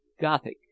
Gothic